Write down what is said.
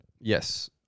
Yes